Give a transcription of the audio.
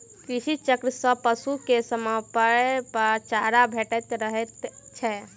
कृषि चक्र सॅ पशु के समयपर चारा भेटैत रहैत छै